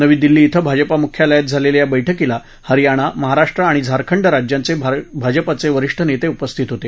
नवी दिल्ली कें भाजपा मुख्यालयात झालेल्या या बैठकीला हरयाणा महाराष्ट्र आणि झारखंड राज्यांचे भाजपाचे वरिष्ठ नेते उपस्थित होते